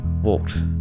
walked